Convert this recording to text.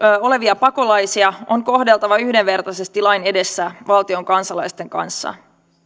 olevia pakolaisia on kohdeltava yhdenvertaisesti lain edessä valtion kansalaisten kanssa